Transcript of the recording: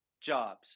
jobs